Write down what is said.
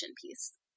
piece